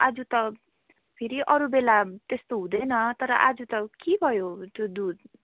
आज त फेरि अरू बेला त्यस्तो हुँदैन तर आज त के भयो त्यो दुध